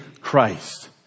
Christ